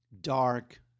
dark